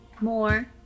more